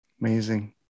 Amazing